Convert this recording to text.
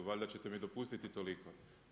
Valjda ćete mi dopustiti toliko.